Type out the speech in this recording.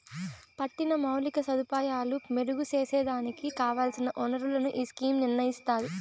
పట్టిన మౌలిక సదుపాయాలు మెరుగు సేసేదానికి కావల్సిన ఒనరులను ఈ స్కీమ్ నిర్నయిస్తాది